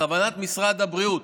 בכוונת משרד הבריאות,